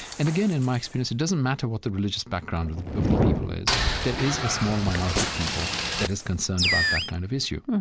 and, again, in my experience, it doesn't matter what the religious background of the of the people is, there is a small minority of people that is concerned about that kind of issue